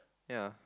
ya